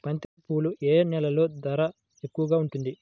బంతిపూలు ఏ నెలలో ధర ఎక్కువగా ఉంటుంది?